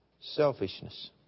Selfishness